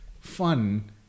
fun